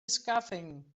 scathing